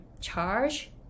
charge